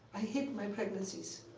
i hid my pregnancies.